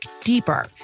deeper